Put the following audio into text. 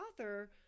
author